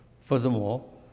furthermore